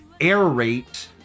aerate